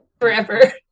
forever